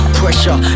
pressure